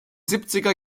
siebziger